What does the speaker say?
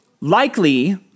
likely